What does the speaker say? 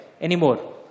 anymore